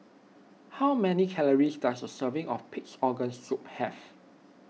how many calories does a serving of Pig's Organ Soup have